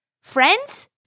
friends